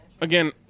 Again